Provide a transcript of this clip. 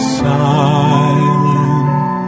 silent